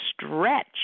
stretch